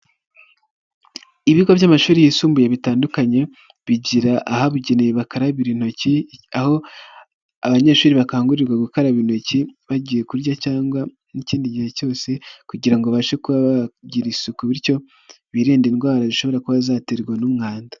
Ibigo by'amashuri yisumbuye bitandukanye bigira ahabugenewe bakarabira intoki, aho abanyeshuri bakangurirwa gukaraba intoki bagiye kurya cyangwa n'ikindi gihe cyose kugira babashe kuba bagira isuku bityo biririnde indwara zishobora kuba zaterwa n'umwanda.